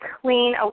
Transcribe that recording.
clean